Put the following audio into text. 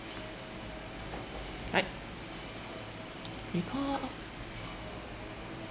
right recall a